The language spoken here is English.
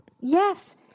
Yes